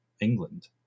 England